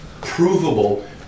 provable